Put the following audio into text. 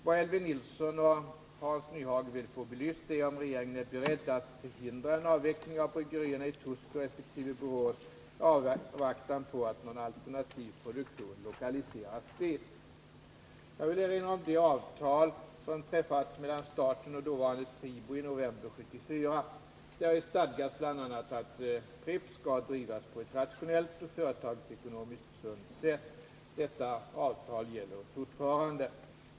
Vad Elvy Nilsson och Hans Nyhage vill få belyst är om regeringen är beredd att förhindra en avveckling av bryggerierna i Torsby resp. Borås i avvaktan på att någon alternativ produktion lokaliseras dit. Jag vill erinra om det avtal som träffades mellan staten och dåvarande PRIBO i november 1974. Däri stadgas bl.a. att Pripps skall drivas på ett rationellt och företagsekonomiskt sunt sätt. Detta avtal gäller fortfarande.